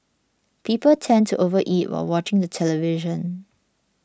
people tend to overeat while watching the television